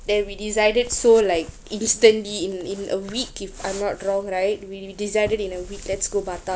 then we decided so like instantly in in a week if I'm not wrong right we we decided in a week let's go batam